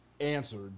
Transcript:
answered